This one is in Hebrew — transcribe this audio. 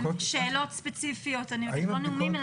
שאלות ספציפיות, לא נאומים.